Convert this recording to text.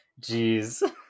Jeez